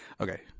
Okay